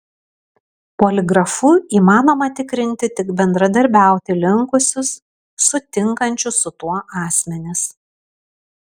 poligrafu įmanoma tikrinti tik bendradarbiauti linkusius sutinkančius su tuo asmenis